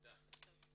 תודה.